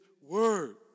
word